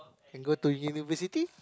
and go to university